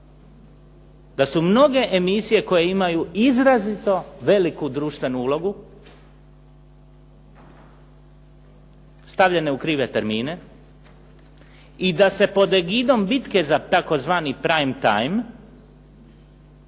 Da su mnoge emisije koje imaju izrazito veliku društvenu ulogu stavljene u krive termine i da se pod egidom bitke za tzv. "prime time"